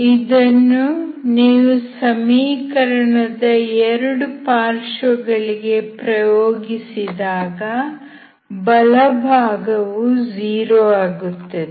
ಇದನ್ನು ನೀವು ಸಮೀಕರಣದ 2 ಪಾರ್ಶ್ವಗಳಿಗೆ ಪ್ರಯೋಗಿಸಿದಾಗ ಬಲಭಾಗವು 0 ಆಗುತ್ತದೆ